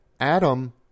Adam